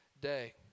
day